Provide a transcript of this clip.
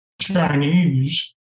Chinese